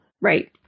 Right